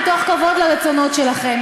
מתוך כבוד לרצונות שלכם.